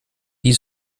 wie